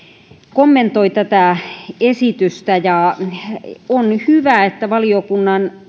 kommentoi tätä esitystä ja on hyvä että valiokunnan